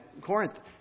Corinth